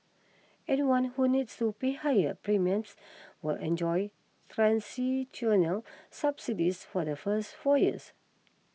anyone who needs to pay higher premiums will enjoy transitional subsidies for the first four years